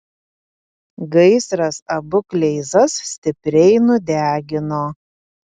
gaisras abu kleizas stipriai nudegino